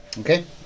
Okay